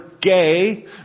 gay